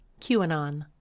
QAnon